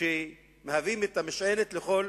שמהווים את המשענת לכל